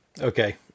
Okay